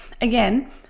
again